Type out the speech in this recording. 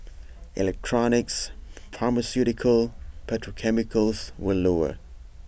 electronics pharmaceuticals petrochemicals were lower